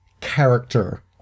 character